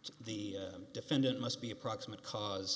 it's the defendant must be a proximate cause